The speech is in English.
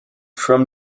from